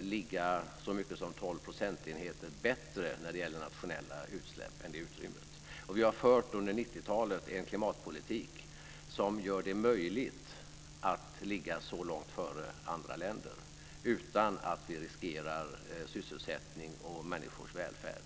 ligga så mycket som tolv procentenheter bättre när det gäller nationella utsläpp än det utrymmet. Vi har under 90-talet fört en klimatpolitik som gör det möjligt att ligga så långt före andra länder utan att vi riskerar sysselsättning och människors välfärd.